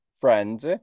friends